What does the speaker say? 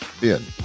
Ben